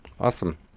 Awesome